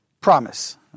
Promise